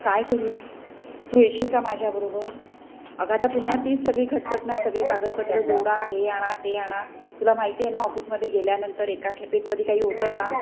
काय करूया तू येशील का माझ्याबरोबर अगं आता पुन्हा तीच सगळी खटपट ना सगळे कागदपत्रं जोडा हे आणा ते आणा तुला माहिती आहे ना ऑफिसमध्ये गेल्यानंतर एका खेपेत कधी काही होतं का